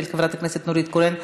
של חברת הכנסת נורית קורן.